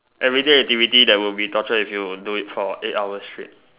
everyday activity that would be torture if you do it for eight hours straight